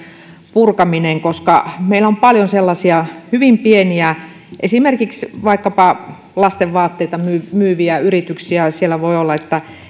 purkaminen koska meillähän on paljon esimerkiksi hyvin pieniä vaikkapa lastenvaatteita myyviä yrityksiä voi olla että